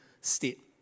state